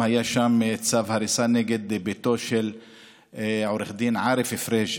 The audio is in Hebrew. היה שם צו הריסה גם נגד ביתו של עו"ד עארף פריג',